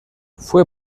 fue